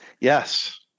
Yes